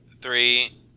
three